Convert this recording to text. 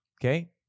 okay